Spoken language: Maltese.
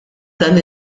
dan